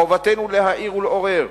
חובתנו להעיר ולעורר,